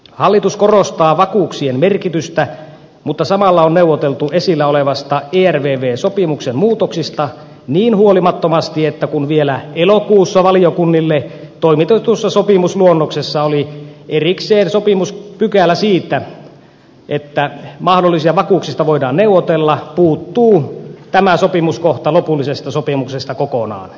hallitus korostaa vakuuksien merkitystä mutta samalla on neuvoteltu esillä olevan ervv sopimuksen muutoksista niin huolimattomasti että kun vielä elokuussa valiokunnille toimitetussa sopimusluonnoksessa oli erikseen sopimuspykälä siitä että mahdollisista vakuuksista voidaan neuvotella puuttuu tämä sopimuskohta lopullisesta sopimuksesta kokonaan